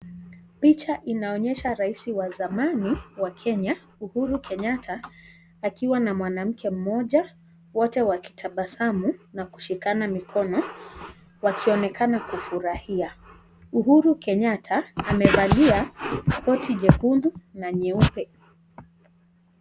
Picha inaonyosha Rais wa zamani wa Kenya, Uhuru Kenyatta. Akiwa na mwanamke mmoja ,wote wakitabasamu na kushikana mikono, wakionekana kufurahia. Uhuru Kenyatta amevalia koti jekundu na nyeupe.